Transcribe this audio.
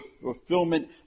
fulfillment